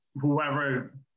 whoever